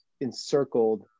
encircled